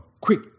quick